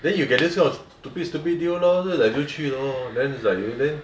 then you get this kind of stupid stupid deal lor 又 nice 又 cheap lor